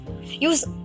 Use